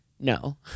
No